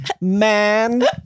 Man